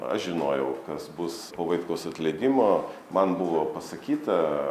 aš žinojau kas bus po vaitkaus atleidimo man buvo pasakyta